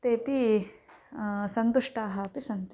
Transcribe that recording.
तेपि सन्तुष्टाः अपि सन्ति